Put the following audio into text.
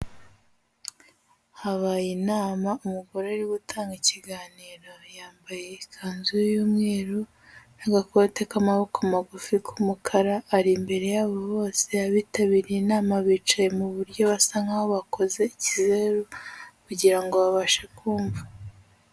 Habaye inama, umugore uri utanga ikiganiro, yambaye ikanzu y'umweru n'agakote k'amaboko magufi k'umukara, ari imbere yabo bose, abitabiriye inama bicaye mu buryo basa nk'aho bakoze ikizeru kugira ngo babashe kumva.